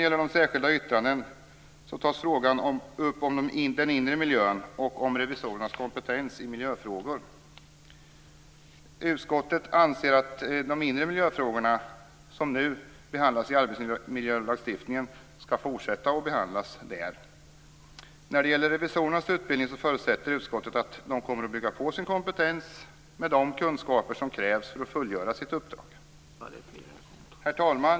I de särskilda yttrandena tas frågan om den inre miljön och om revisorernas kompetens i miljöfrågor upp. Utskottet anser att de inre miljöfrågorna som nu behandlas i arbetsmiljölagstiftningen skall behandlas där även i fortsättningen. När det gäller revisorernas utbildning förutsätter utskottet att de kommer att bygga på sin kompetens med de kunskaper som krävs för att de skall kunna fullgöra sitt uppdrag. Herr talman!